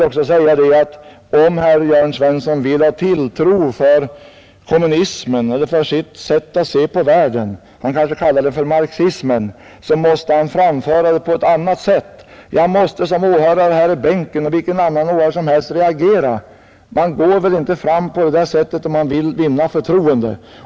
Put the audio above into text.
Om herr Jörn Svensson vill skapa tilltro för kommunismen eller för sitt sätt att se på världen — han kanske kallar det marxismen — måste han framföra sina tankar på ett annat sätt. Jag måste som åhörare här i bänken — liksom vilken annan åhörare som helst — reagera. Man går väl inte fram på det där sättet, om man vill vinna förtroende!